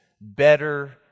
Better